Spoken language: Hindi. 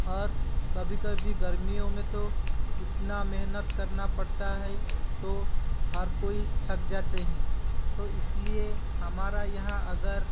और कभी कभी गर्मियों में तो इतना मेहनत करना पड़ता है तो हर कोई थक जाते हैं तो इसलिए हमारा यहाँ अगर